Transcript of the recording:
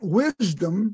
wisdom